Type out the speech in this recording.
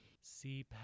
See